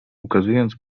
ukazując